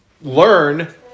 learn